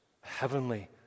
heavenly